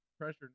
pressure